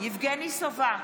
יבגני סובה,